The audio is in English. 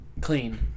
Clean